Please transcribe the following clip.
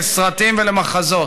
לסרטים ולמחזות.